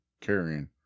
carrying